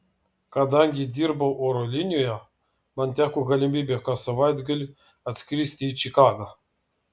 kadangi dirbau oro linijoje man teko galimybė kas savaitgalį atskristi į čikagą